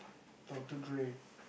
Doctor-Dre